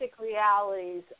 realities